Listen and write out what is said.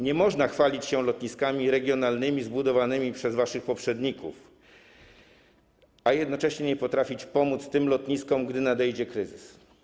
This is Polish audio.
Nie można chwalić się lotniskami regionalnymi zbudowanymi przez waszych poprzedników, a jednocześnie nie potrafić pomóc tym lotniskom, gdy nadejdzie kryzys.